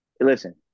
listen